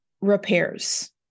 repairs